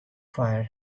fire